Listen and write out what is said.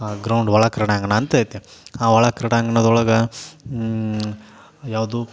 ಆ ಗ್ರೌಂಡ್ ಒಳಕ್ರೀಡಾಂಗಣ ಅಂತೈತಿ ಆ ಒಳಕ್ರೀಡಾಂಗ್ಣದೊಳಗೆ ಯಾವುದು